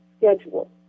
schedule